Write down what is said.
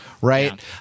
Right